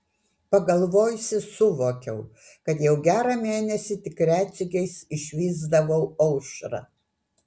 pagalvojusi suvokiau kad jau gerą mėnesį tik retsykiais išvysdavau aušrą